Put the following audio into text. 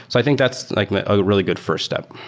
so i think that's like a really good first step